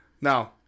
Now